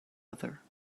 other